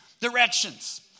directions